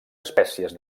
espècies